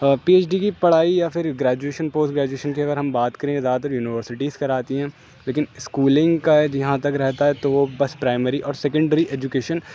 پی H D کی پڑھائی یا پھر گریجویشن پوسٹ گریجویشن کی اگر ہم بات کریں زیادہ تر یونیورسٹیز کراتی ہیں لیکن اسکولنگ کا جہاں تک رہتا ہے تو بس پرائمری اور سیکنڈری ایجوکیشن